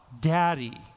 Daddy